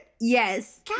Yes